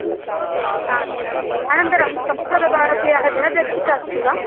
हा अस्तु अनन्तरं संस्कृतभारत्याः दिनदर्शिका अस्ति वा